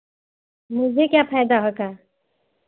मुझे क्या फ़ायदा होगा